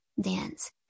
dance